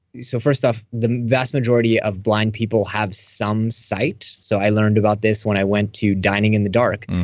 so first off, the vast majority of blind people have some sight. so i learned about this when i went to dining in the dark,